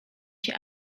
się